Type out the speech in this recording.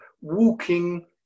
walking